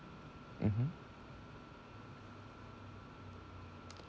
mmhmm